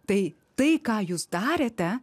tai tai ką jūs darėte